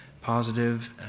positive